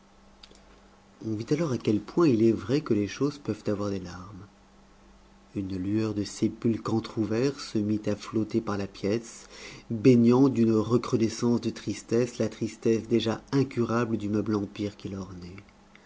on vit alors à quel point il est vrai que les choses peuvent avoir des larmes une lueur de sépulcre entrouvert se mit à flotter par la pièce baignant d'une recrudescence de tristesse la tristesse déjà incurable du meuble empire qui